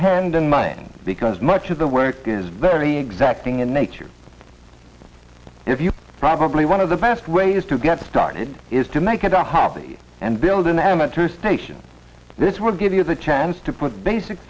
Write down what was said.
hand in mine because much of the work is very exacting in nature if you probably one of the best ways to get started is to make it a hobby and build an amateur station this will give you the chance to basic